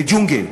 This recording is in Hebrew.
לג'ונגל.